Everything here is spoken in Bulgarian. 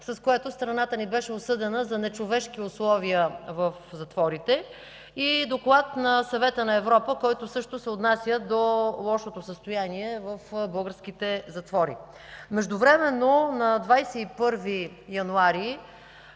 с което страната ни беше осъдена за нечовешки условия в затворите, и доклад на Съвета на Европа, който също се отнася до лошото състояние в българските затвори. Междувременно на 21 януари